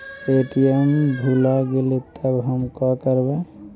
ATM भुला गेलय तब हम काकरवय?